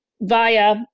via